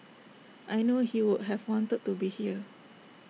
I know he would have wanted to be here